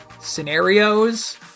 scenarios